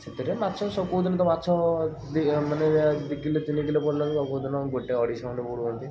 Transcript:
ସେଥିରେ ମାଛ କେଉଁଦିନ ତ ମାଛ ମାନେ ଦୁଇ କିଲୋ ତିନି କିଲୋ ପଡ଼ିଲେ ତ କେଉଁ ଦିନ ଗୋଟେ ଅଢ଼େଇଶହ ଖଣ୍ଡେ ମ ରୁହନ୍ତି